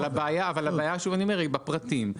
אבל הבעיה שאני אומר היא בפרטים.